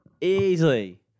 easily